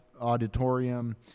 auditorium